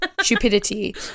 Stupidity